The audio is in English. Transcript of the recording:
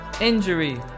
injury